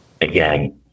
again